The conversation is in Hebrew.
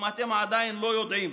אם אתם עדיין לא יודעים.